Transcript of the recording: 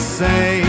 say